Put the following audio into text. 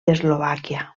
eslovàquia